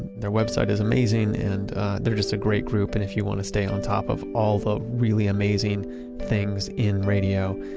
their website is amazing and they're just a great group and if you want to stay on top of all the really amazing things in radio,